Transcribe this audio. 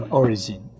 origin